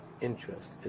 interest